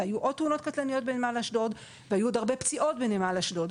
היו עוד תאונות קטלניות בנמל אשדוד והיו עוד הרבה פציעות בנמל אשדוד.